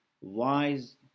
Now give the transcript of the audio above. wise